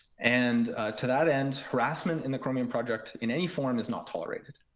and to that end, harassment in the chromium project in any form is not tolerated.